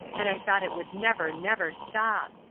and i thought it would never, never stop.